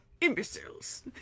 Imbeciles